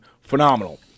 Phenomenal